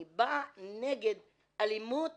אני באה נגד אלימות